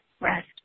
rest